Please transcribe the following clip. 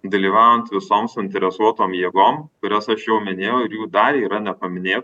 dalyvaujant visoms suinteresuotom jėgom kurios aš jau minėjau ir jų dalį yra nepaminė